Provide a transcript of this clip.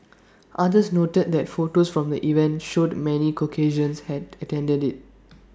others noted that photos from the event showed many Caucasians had attended IT